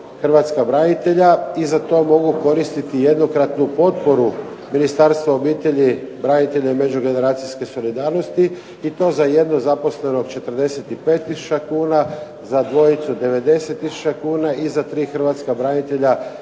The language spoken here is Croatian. hrvatska branitelja i za to mogu koristiti jednokratnu potporu Ministarstva obitelji, branitelja i međugeneracijske solidarnosti i to za jednog zaposlenog 45 tisuća kuna, za dvojicu 90 tisuća kuna i za tri hrvatska branitelja